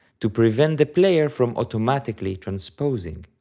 to prevent the player from automatically transposing.